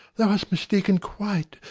thou hast mistaken quite,